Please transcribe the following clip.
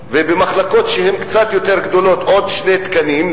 ובמחלקות שהן קצת יותר גדולות עוד שני תקנים,